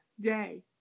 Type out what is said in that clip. day